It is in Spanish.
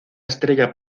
estrella